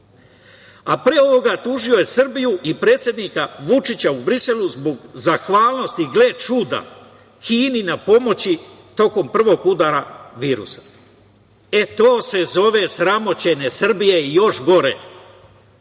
a pre ovoga tužio je Srbiju i predsednika Vučića u Briselu zbog zahvalnosti, gle čuda, Kini na pomoći tokom prvog udara virusa. To se zove sramoćenje Srbije i još gore. Mi